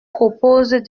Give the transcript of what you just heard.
propose